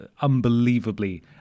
unbelievably